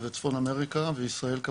צפון אמריקה וישראל.